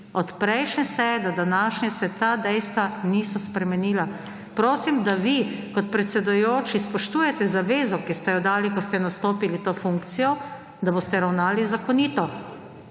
Od prejšnje seje do današnje se ta dejstva niso spremenila. Prosim, da vi kot predsedujoči spoštujete zavezo, ki ste jo dali ko ste nastopili to funkcijo, da boste ravnali zakonito.